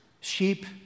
sheep